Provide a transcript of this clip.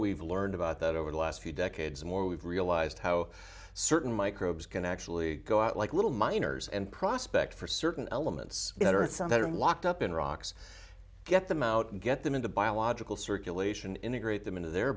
we've learned about that over the last few decades more we've realized how certain microbes can actually go out like little miners and prospect for certain elements that are locked up in rocks get them out and get them into biological circulation integrate them into their